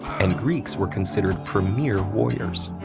and greeks were considered premier warriors.